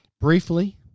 briefly